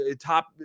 top